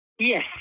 Yes